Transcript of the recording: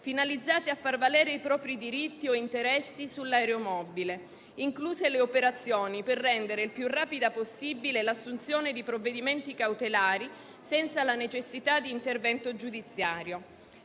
finalizzate a far valere i propri diritti o interessi sull'aeromobile, incluse le operazioni per rendere più rapida possibile l'assunzione di provvedimenti cautelari senza la necessità di intervento giudiziario.